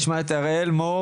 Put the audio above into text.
אנחנו עכשיו נשמע את אראל מור,